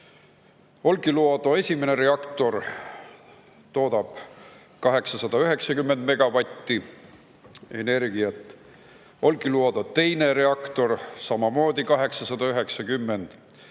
Olkiluoto esimene reaktor toodab 890 megavatti energiat, Olkiluoto teine reaktor samamoodi 890 ja